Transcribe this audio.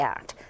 Act